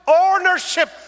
ownership